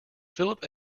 philip